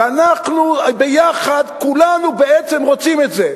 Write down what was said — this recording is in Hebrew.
ואנחנו ביחד, כולנו, בעצם רוצים את זה.